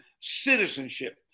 citizenship